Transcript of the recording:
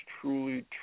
truly